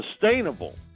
sustainable